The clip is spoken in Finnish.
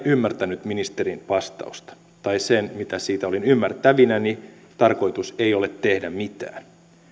ymmärtänyt ministerin vastausta tai se mitä siitä olin ymmärtävinäni tarkoitus ei ole tehdä mitään